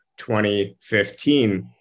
2015